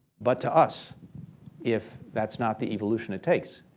but to us if that's not the evolution it takes.